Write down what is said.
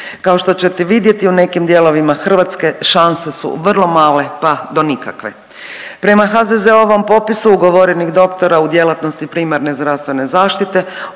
Kao što ćete vidjeti u nekim dijelovima Hrvatske šanse su vrlo male pa do nikakve. Prema HZZO-ovom popisu ugovorenih doktora u djelatnosti primarne zdravstvene zaštite